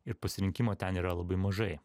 ir pasirinkimo ten yra labai mažai